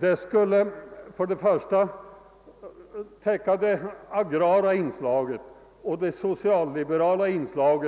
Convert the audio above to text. Det namnet skulle täcka såväl det agrara och socialliberala som